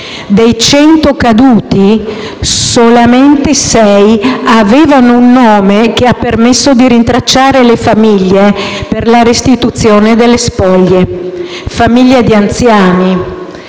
Dei 100 caduti, solamente sei avevano un nome che ha permesso di rintracciare le famiglie per la restituzione delle spoglie; famiglie di anziani